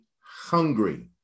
hungry